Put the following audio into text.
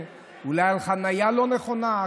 אולי על חנייה לא נכונה,